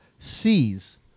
sees